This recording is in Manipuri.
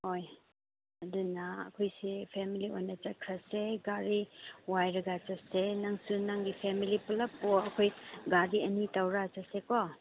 ꯍꯣꯏ ꯑꯗꯨꯅ ꯑꯩꯈꯣꯏꯁꯦ ꯐꯦꯃꯤꯂꯤ ꯑꯣꯏꯅ ꯆꯠꯈ꯭ꯔꯁꯦ ꯒꯥꯔꯤ ꯋꯥꯏꯔꯒ ꯆꯠꯁꯦ ꯅꯪꯁꯨ ꯅꯪꯒꯤ ꯐꯦꯃꯤꯂꯤ ꯄꯨꯂꯞꯇꯣ ꯑꯩꯈꯣꯏ ꯒꯥꯔꯤ ꯑꯅꯤꯗ ꯇꯧꯔ ꯆꯠꯁꯦꯀꯣ